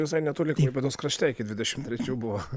visai netoli klaipėdos krašte iki dvidešimt trečių buvo